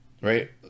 right